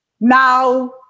now